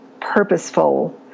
purposeful